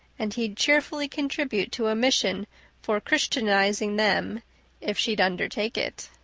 and he'd cheerfully contribute to a mission for christianizing them if she'd undertake it.